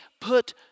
put